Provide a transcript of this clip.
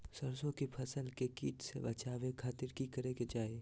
सरसों की फसल के कीट से बचावे खातिर की करे के चाही?